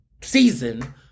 season